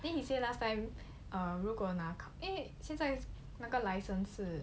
then he say last time um 如果拿 err 因为现在那个 license 是